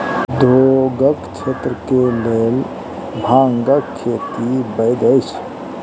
उद्योगक क्षेत्र के लेल भांगक खेती वैध अछि